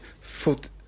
foot